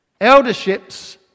Elderships